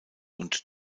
und